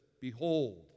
Behold